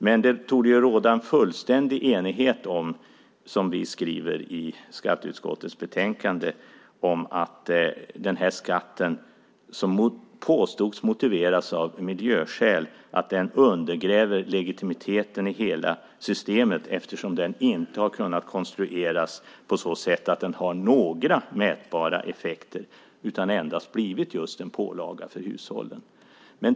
Som vi skriver i skatteutskottets betänkande torde det råda fullständig enighet om att den här skatten, som påstods motiveras av miljöskäl, undergräver legitimiteten i hela systemet. Den har ju inte kunnat konstrueras på så sätt att den har några mätbara effekter, utan den har endast blivit just en pålaga för hushållen.